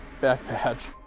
backpatch